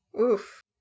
Oof